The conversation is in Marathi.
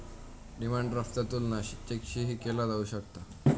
डिमांड ड्राफ्टचा तुलना चेकशीही केला जाऊ शकता